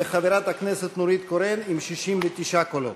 וחברת הכנסת נורית קורן, עם 69 קולות.